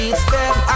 step